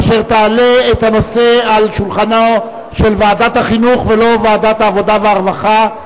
אשר תעלה את הנושא על שולחנה של ועדת החינוך ולא ועדת העבודה והרווחה,